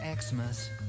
Xmas